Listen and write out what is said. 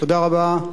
תודה רבה.